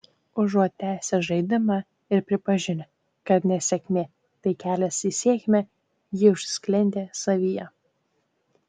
užuot tęsę žaidimą ir pripažinę kad nesėkmė tai kelias į sėkmę jie užsisklendė savyje